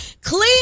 Clean